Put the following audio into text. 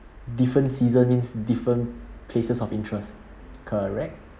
different season means different places of interest correct